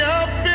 up